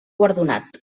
guardonat